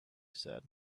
said